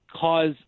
cause